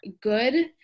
good